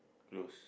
close